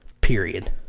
period